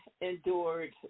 endured